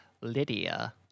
lydia